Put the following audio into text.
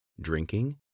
drinking